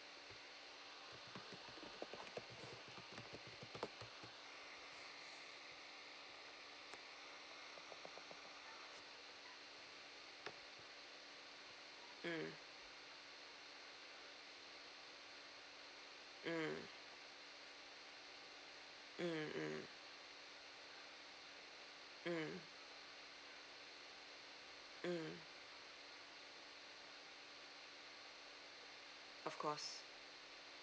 mm mm mm mm mm mm of course